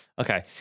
Okay